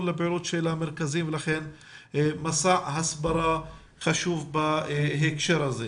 למודעות של המרכזים לכן מסע הסברה חשוב בהקשר הזה.